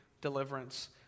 deliverance